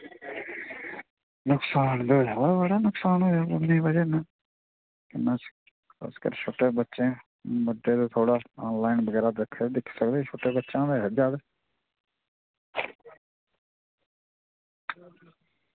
नुक्सान ते बड़ा यरा नुकसान दे होया कोरोना दी बजह कन्नै ते बड्डे ते चलो ऑनलाईन दिक्खी सकदे पर छोटे बच्चें दा ऐ जादै